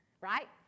right